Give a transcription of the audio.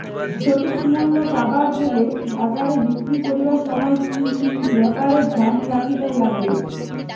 সঠিক মূল্য পাবার গেলে বাজারে বিক্রি করিবার সময় কি কি ব্যাপার এ ধ্যান রাখিবার লাগবে?